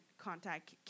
Contact